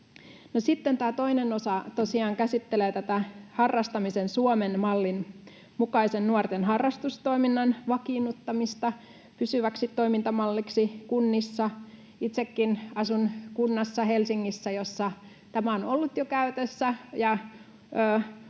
tosiaan käsittelee harrastamisen Suomen mallin mukaisen nuorten harrastustoiminnan vakiinnuttamista pysyväksi toimintamalliksi kunnissa. Itsekin asun kunnassa, Helsingissä, jossa tämä on ollut jo käytössä,